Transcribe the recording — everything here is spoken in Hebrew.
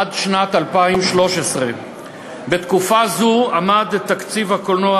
עד שנת 2013. בתקופה זו עמד תקציב הקולנוע